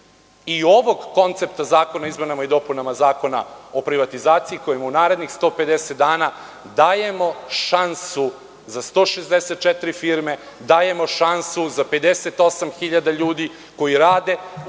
i ovog koncepta Zakona o izmenama i dopunama Zakona o privatizaciji, kojim u narednih 150 dana dajemo šansu za 164 firme, dajemo šansu za 58 hiljada ljudi koji rade u